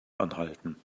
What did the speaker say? anhalten